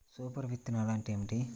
Super విత్తనాలు అంటే ఏమిటి?